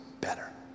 better